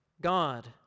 God